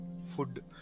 food